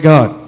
God